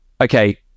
okay